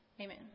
Amen